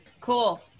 Cool